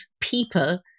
people